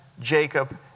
Jacob